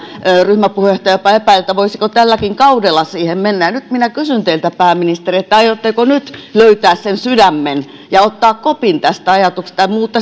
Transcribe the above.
ryhmäpuheenjohtaja jopa epäili voisiko tälläkin kaudella siihen mennä nyt minä kysyn teiltä pääministeri aiotteko nyt löytää sen sydämen ja ottaa kopin tästä ajatuksesta ja